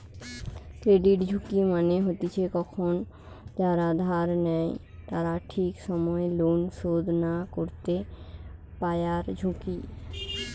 credit ঝুঁকি মানে হতিছে কখন যারা ধার নেই তারা ঠিক সময় লোন শোধ না করতে পায়ারঝুঁকি